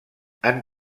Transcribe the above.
han